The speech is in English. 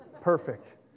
Perfect